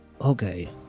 Okay